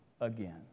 again